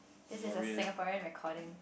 this is a Singapore recording